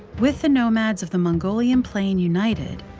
with the nomads of the mongolian plain united,